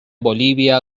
bolivia